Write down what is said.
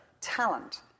talent